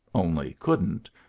only couldn't,